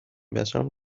بچم